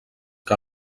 que